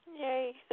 Yay